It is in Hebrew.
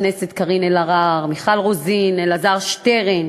חברי הכנסת קארין אלהרר, מיכל רוזין, אלעזר שטרן,